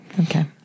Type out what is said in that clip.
Okay